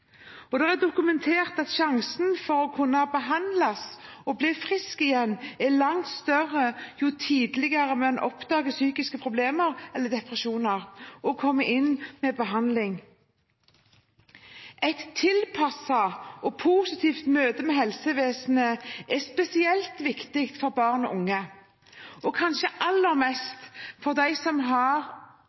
er dokumentert at sjansen for å kunne behandles og bli frisk igjen er langt større jo tidligere man oppdager psykiske problemer eller depresjoner og kommer inn til behandling. Et tilpasset og positivt møte med helsevesenet er spesielt viktig for barn og unge og kanskje aller mest for dem som har